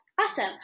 Awesome